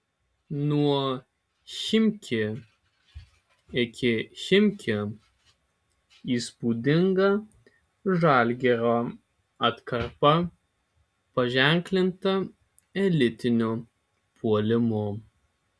nuo chimki iki chimki įspūdinga žalgirio atkarpa paženklinta elitiniu puolimu